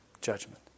judgment